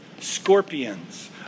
scorpions